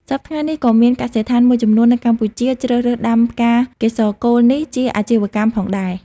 សព្វថ្ងៃនេះក៏មានកសិដ្ឋានមួយចំនួននៅកម្ពុជាជ្រើសរើសដំាផ្កាកេសរកូលនេះជាអាជីវកម្មផងដែរ។